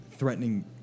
threatening